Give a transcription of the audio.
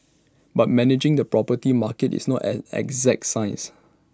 but managing the property market is not an exact science